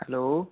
hello